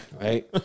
Right